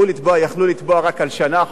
יכלו לתבוע רק על שנה אחורנית,